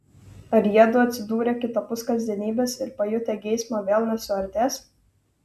ar jiedu atsidūrę kitapus kasdienybės ir pajutę geismą vėl nesuartės